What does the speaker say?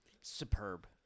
superb